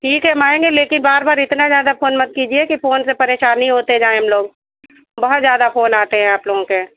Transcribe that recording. ठीक है हम आएंगे लेकिन बार बार इतना ज़्यादा फोन मत कीजिए कि फोन से परेशान ही होते जाए हम लोग बहुत ज़्यादा फोन आते हैं आप लोगों के